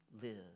live